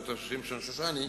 ד"ר שמשון שושני,